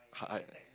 hard